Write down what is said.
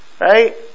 right